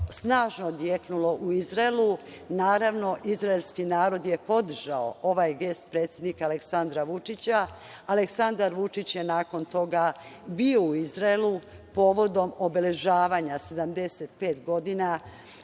snažno odjeknulo u Izraelu. Naravno, izraelski narod je podržao ovaj gest predsednika Aleksandra Vučića. Aleksandar Vučić je nakon toga bio u Izraelu povodom obeležavanja 75 godina